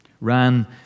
ran